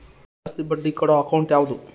ಜಾಸ್ತಿ ಬಡ್ಡಿ ಕೊಡೋ ಅಕೌಂಟ್ ಯಾವುದು?